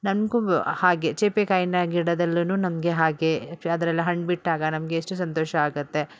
ನನಗೂ ಹಾಗೆ ಚೇಪೆಕಾಯಿನ ಗಿಡದಲ್ಲೂ ನಮಗೆ ಹಾಗೆ ಅದ್ರಲ್ಲಿ ಹಣ್ಣು ಬಿಟ್ಟಾಗ ನಮಗೆ ಎಷ್ಟು ಸಂತೋಷ ಆಗುತ್ತೆ